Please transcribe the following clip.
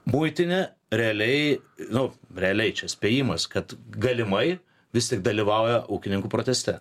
muitinė realiai nu realiai čia spėjimas kad galimai vis tik dalyvauja ūkininkų proteste